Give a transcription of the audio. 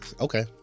okay